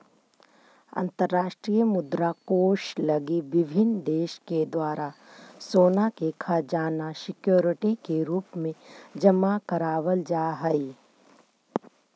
अंतरराष्ट्रीय मुद्रा कोष लगी विभिन्न देश के द्वारा सोना के खजाना सिक्योरिटी के रूप में जमा करावल जा हई